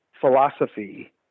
philosophy